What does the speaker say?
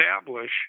establish